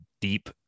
deep